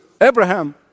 Abraham